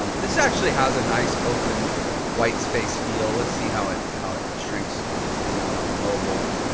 um this actually has a nice open white space feel. let's see how it, how it shrinks down on mobile.